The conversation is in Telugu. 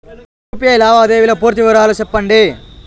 యు.పి.ఐ లావాదేవీల పూర్తి వివరాలు సెప్పండి?